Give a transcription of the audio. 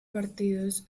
partidos